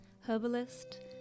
herbalist